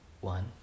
One